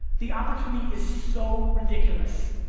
the opportunity is so ridiculous.